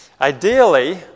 Ideally